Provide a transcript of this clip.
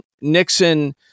Nixon